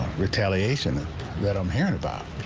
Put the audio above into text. retaliation that i'm hearing about.